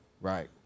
right